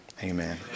amen